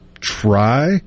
try